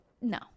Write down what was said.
No